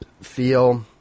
feel